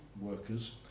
workers